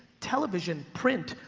television, print,